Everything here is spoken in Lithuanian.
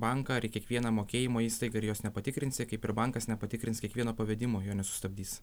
banką ar į kiekvieną mokėjimo įstaigą ir jos nepatikrinsi kaip ir bankas nepatikrins kiekvieno pavedimo jo nesustabdys